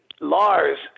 Lars